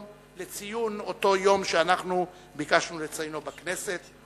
לציון אותו יום שביקשנו לציינו בכנסת.